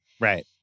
Right